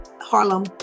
Harlem